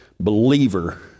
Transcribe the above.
believer